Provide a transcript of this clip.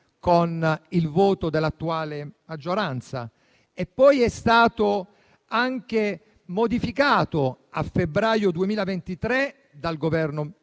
con il voto dell'attuale maggioranza, e poi anche modificato, nel febbraio 2023, dal Governo